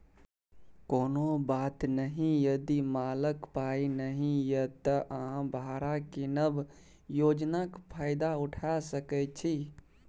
कुनु बात नहि यदि मालक पाइ नहि यै त अहाँ भाड़ा कीनब योजनाक फायदा उठा सकै छी